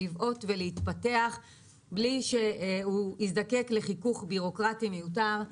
לבעוט ולהתפתח בלי שהוא יזדקק לחיכוך בירוקרטי מיותר.